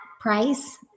price